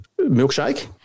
milkshake